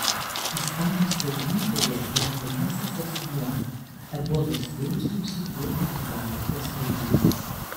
ispanų slaugytoja yra pirmasis asmuo ebolos virusu užsikrėtęs už afrikos ribų